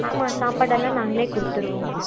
ஆமாம் சாப்பாடெல்லாம் நாங்களே கொடுத்துருவோம்